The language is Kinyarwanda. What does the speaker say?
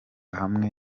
hamwe